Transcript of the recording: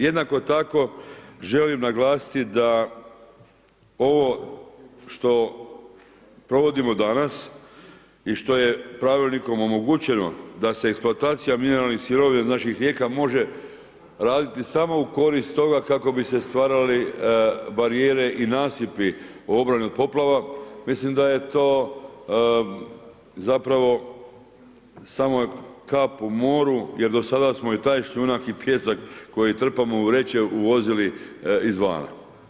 Jednako tako želim naglasiti da ovo što provodimo danas i što je pravilnikom omogućeno da se eksploatacija mineralnih sirovina od naših rijeka može raditi samo u korist toga kako bi se stvarale barijere i nasipi u obrani od poplava, mislim da je to zapravo samo kap u moru jer do sada smo i taj šljunak i pijesak koji trpamo u vreće uvozili izvana.